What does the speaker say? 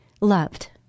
loved